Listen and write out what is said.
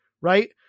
right